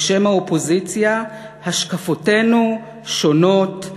"בשם האופוזיציה: השקפותינו שונות,